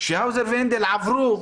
שהאוזר והנדל עברו